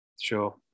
Sure